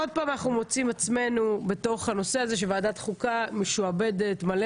עוד פעם אנחנו מוצאים את עצמנו בתוך הנושא הזה שוועדת חוקה משועבדת מלא,